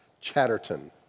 Chatterton